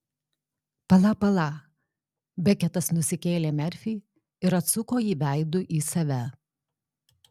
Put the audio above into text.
pala pala beketas nusikėlė merfį ir atsuko jį veidu į save